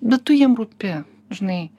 bet tu jiem rūpi žinai